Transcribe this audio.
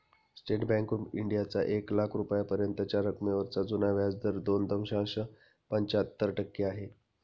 state Bank of इंडियाचा एक लाख रुपयांपर्यंतच्या रकमेवरचा जुना व्याजदर दोन दशांश पंच्याहत्तर टक्के आहे